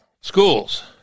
schools